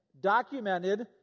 documented